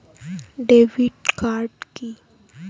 Debit card key?